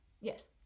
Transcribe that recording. Yes